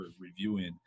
reviewing